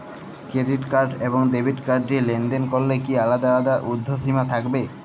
Credit card এবং debit card দিয়ে লেনদেন করলে কি আলাদা আলাদা ঊর্ধ্বসীমা থাকবে?